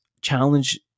challenge